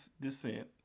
descent